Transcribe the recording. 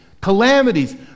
calamities